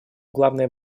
главное